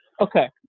Okay